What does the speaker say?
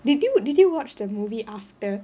did you did you watch the movie after